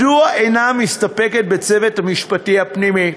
מדוע היא אינה מסתפקת בצוות המשפטי הפנימי?